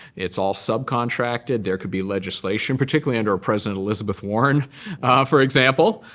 it's all subcontracted. there could be legislation, particularly under president elizabeth warren for example,